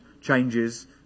changes